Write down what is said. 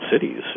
cities